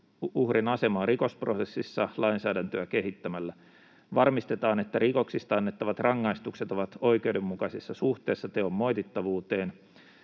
uhrin asemaa rikosprosessissa lainsäädäntöä kehittämällä. Varmistetaan, että rikoksista annettavat rangaistukset ovat oikeudenmukaisessa suhteessa teon moitittavuuteen.